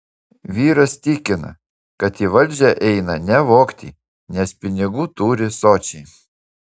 vyras tikina kad į valdžią eina ne vogti nes pinigų turi sočiai